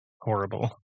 horrible